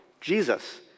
Jesus